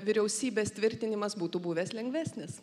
vyriausybės tvirtinimas būtų buvęs lengvesnis